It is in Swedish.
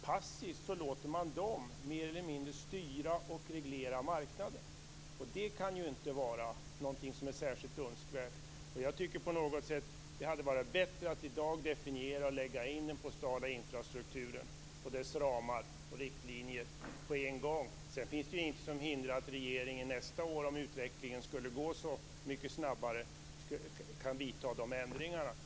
Passivt låter socialdemokraterna Posten mer eller mindre styra och reglera marknaden. Och det kan ju inte vara någonting som är särskilt önskvärt. Jag tycker att det hade varit bättre att i dag på en gång definiera och lägga in den postala infrastrukturen och dess ramar och riktlinjer. Sedan finns det ju ingenting som hindrar att regeringen nästa år, om utvecklingen skulle gå så mycket snabbare, kan göra ändringar.